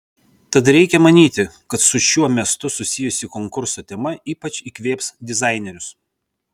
tad reikia manyti kad su šiuo miestu susijusi konkurso tema ypač įkvėps dizainerius